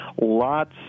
Lots